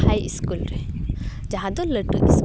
ᱦᱟᱭ school ᱨᱮ ᱡᱟᱦᱟᱸ ᱫᱚ ᱞᱟᱹᱴᱩ ᱤᱥᱠᱩᱞ